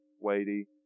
weighty